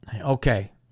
Okay